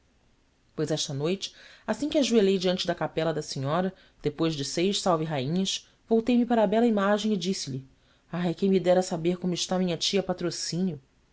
pois esta noite assim que ajoelhei diante da capela da senhora depois de seis salve rainhas voltei-me para a bela imagem e disse-lhe ai quem me dera saber como está a minha tia patrocínio